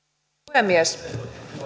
puhemies